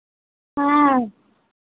हाँ